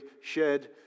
shared